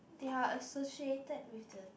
they are associated with the